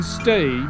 stay